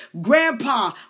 Grandpa